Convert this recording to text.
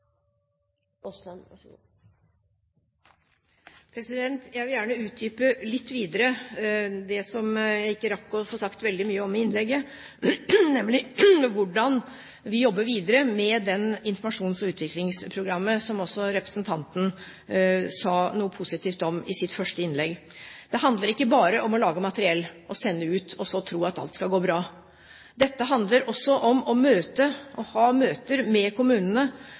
jeg ikke rakk å få sagt veldig mye om i innlegget, nemlig hvordan vi jobber videre med det informasjons- og utviklingsprogrammet som også representanten sa noe positivt om i sitt første innlegg. Det handler ikke bare om å lage materiell og sende ut og så tro at alt skal gå bra. Dette handler også om å møte og å ha møter med kommunene,